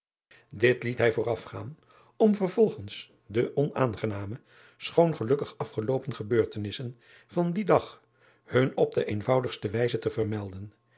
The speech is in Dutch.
it liet hij voorafgaan om vervolgens de onaangename schoon gelukkig afgeloopen gebeurtenissen van dien dag hun op de eenvoudigste wijze te vermelden